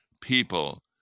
people